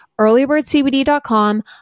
Earlybirdcbd.com